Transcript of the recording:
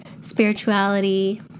spirituality